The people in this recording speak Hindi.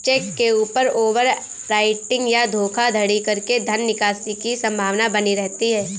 चेक के ऊपर ओवर राइटिंग या धोखाधड़ी करके धन निकासी की संभावना बनी रहती है